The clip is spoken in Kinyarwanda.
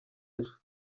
ejo